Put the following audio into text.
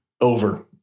Over